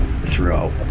throughout